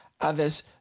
others